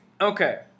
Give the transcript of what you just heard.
Okay